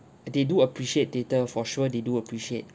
uh they do appreciate theatre for sure they do appreciate